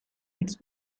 its